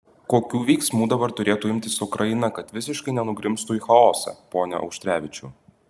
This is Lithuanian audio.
kokių veiksmų dabar turėtų imtis ukraina kad visiškai nenugrimztų į chaosą pone auštrevičiau